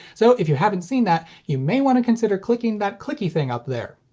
so if you haven't seen that, you may want to consider clicking that clicky thing up there.